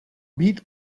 být